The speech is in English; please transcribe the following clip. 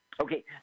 Okay